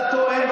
אתה טוען,